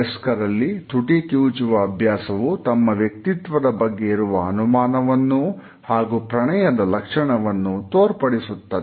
ವಯಸ್ಕರಲ್ಲಿ ತುಟಿ ಕಿವುಚುವ ಅಭ್ಯಾಸವು ತಮ್ಮ ವ್ಯಕ್ತಿತ್ವದ ಬಗ್ಗೆ ಇರುವ ಅನುಮಾನವನ್ನು ಹಾಗೂ ಪ್ರಣಯದ ಲಕ್ಷಣವನ್ನು ತೋರ್ಪಡಿಸುತ್ತದೆ